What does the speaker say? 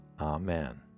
Amen